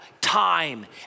time